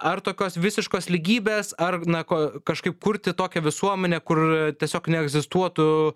ar tokios visiškos lygybės ar na ko kažkaip kurti tokią visuomenę kur tiesiog neegzistuotų